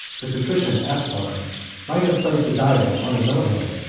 the patrician aspar might have placed the diadem on his own head,